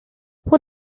will